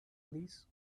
please